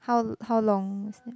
how how long was that